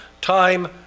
time